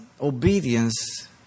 obedience